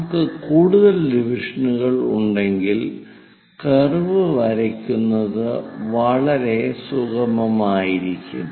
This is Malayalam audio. നമുക്ക് കൂടുതൽ ഡിവിഷനുകൾ ഉണ്ടെങ്കിൽ കർവ് വരയ്ക്കുന്നത് വളരെ സുഗമമായിരിക്കും